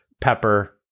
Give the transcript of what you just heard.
pepper